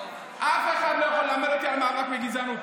אף אחד לא יכול ללמד אותי על מאבק בגזענות.